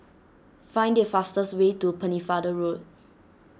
find the fastest way to Pennefather Road